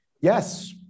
Yes